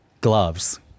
gloves